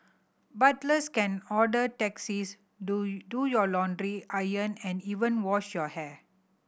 butlers can order taxis do do your laundry iron and even wash your hair